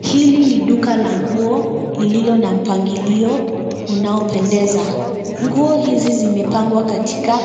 Hili ni duka la nguo lililo na mpangilio unaopendeza. Nguo hizi zimepangwa katika